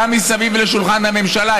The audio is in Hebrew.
גם מסביב לשולחן הממשלה,